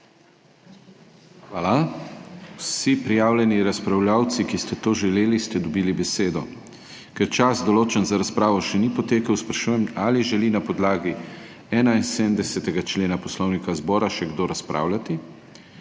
Hvala. Vsi prijavljeni razpravljavci, ki ste to želeli, ste dobili besedo. Ker čas določen za razpravo še ni potekel, sprašujem, ali želi na podlagi 71. člena Poslovnika zbora še kdo razpravljati?